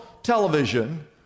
television